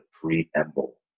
preamble